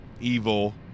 Evil